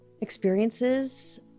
experiences